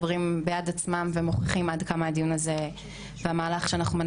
כמו שאנחנו רואות מדובר בתופעה שהיא באמת רחבת היקף.